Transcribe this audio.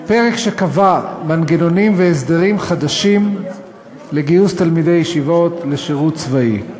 שקבע מנגנונים והסדרים חדשים לגיוס תלמידי ישיבות לשירות צבאי.